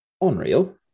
Unreal